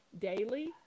daily